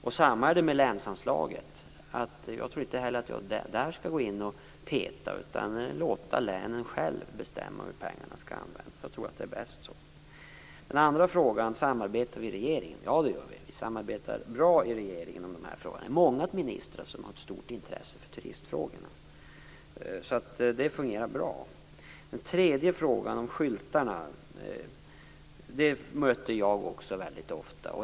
Detsamma gäller länsanslaget. Jag tror inte att jag heller där skall gå in och peta utan låta länen själva bestämma hur pengarna skall användas. Jag tror att det är bäst så. Den andra frågan gällde om vi samarbetar i regeringen. Ja, det gör vi. Vi samarbetar bra i regeringen kring de här frågorna. Det är många ministrar som har ett stort intresse för turistfrågorna. Det fungerar bra. Den tredje frågan gällde skyltarna. Detta mötte jag också ofta.